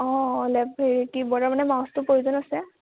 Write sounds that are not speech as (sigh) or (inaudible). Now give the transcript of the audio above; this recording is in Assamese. অঁ অঁ (unintelligible) হেৰি কীবৰ্ডৰ মানে মাউচটো প্ৰয়োজন আছে